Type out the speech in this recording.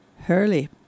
Hurley